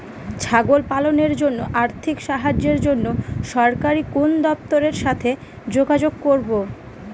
ছাগল পালনের জন্য আর্থিক সাহায্যের জন্য সরকারি কোন দপ্তরের সাথে যোগাযোগ করব?